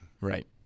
Right